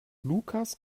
lukas